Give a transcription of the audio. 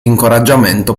incoraggiamento